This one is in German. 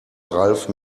ralf